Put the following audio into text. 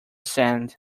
sand